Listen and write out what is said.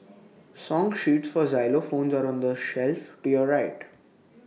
song sheets for xylophones are on the shelf to your right